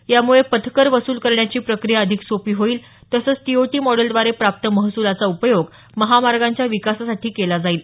यामुळे पथकर वसूल करण्याची प्रक्रिया अधिक सोपी होईल तसंच टीओटी मॉडेलद्वारे प्राप्त महसुलाचा उपयोग महामार्गांच्या विकासासाठी केला जाईल